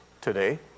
today